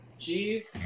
cheese